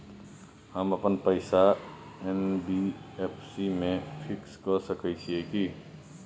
हम अपन पैसा एन.बी.एफ.सी म फिक्स के सके छियै की?